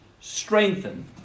strengthen